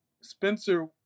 Spencer